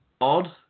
odd